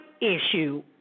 issue